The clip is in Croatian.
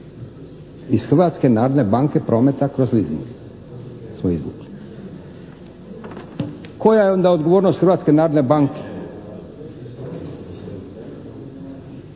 Iz Hrvatske narodne banke prometa kroz leasing smo izvukli. Koja je onda odgovornost Hrvatske narodne banke?